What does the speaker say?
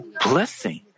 blessing